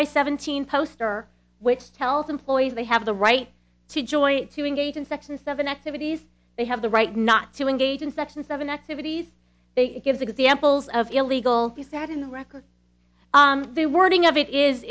by seventeen poster which tells employees they have the right to join to engage in section seven activities they have the right not to engage in section seven activities it gives examples of illegal he said in the record the wording of it is